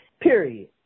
Period